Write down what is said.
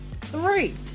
Three